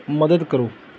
ਮਦਦ ਕਰੋ